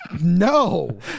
No